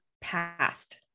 past